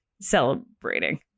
celebrating